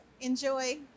Enjoy